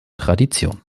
tradition